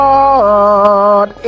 Lord